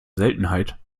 seltenheit